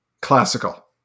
classical